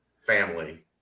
family